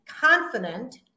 confident